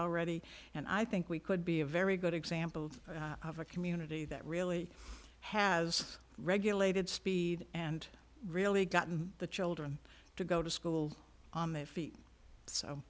already and i think we could be a very good example of a community that really has regulated speed and really gotten the children to go to school on their feet so